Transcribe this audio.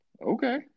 Okay